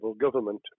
government